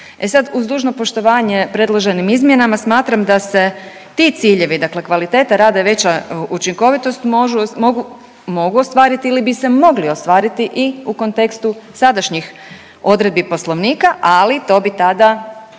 uz dužno poštovanje predloženim izmjenama smatram da se ti ciljevi, dakle kvaliteta rada i veća učinkovitost mogu ostvariti ili bi se mogli ostvariti i u kontekstu sadašnjih odredbi poslovnika, ali to bi tada